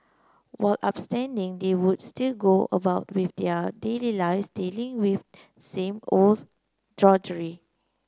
while abstaining they would still go about with their daily lives dealing with same old drudgery